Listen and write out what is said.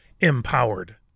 empowered